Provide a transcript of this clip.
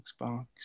Xbox